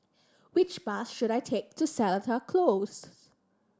which bus should I take to Seletar Close